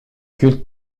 culte